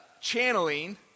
channeling